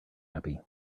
happy